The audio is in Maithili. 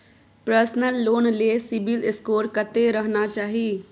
पर्सनल लोन ले सिबिल स्कोर कत्ते रहना चाही?